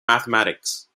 mathematics